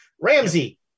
Ramsey